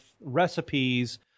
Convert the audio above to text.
recipes